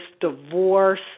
divorce